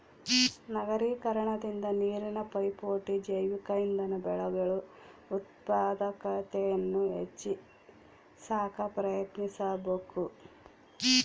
ನಗರೀಕರಣದಿಂದ ನೀರಿನ ಪೈಪೋಟಿ ಜೈವಿಕ ಇಂಧನ ಬೆಳೆಗಳು ಉತ್ಪಾದಕತೆಯನ್ನು ಹೆಚ್ಚಿ ಸಾಕ ಪ್ರಯತ್ನಿಸಬಕು